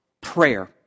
prayer